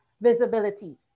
visibility